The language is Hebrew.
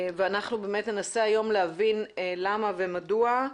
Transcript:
אנחנו ננסה היום להבין למה ומדוע,